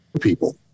people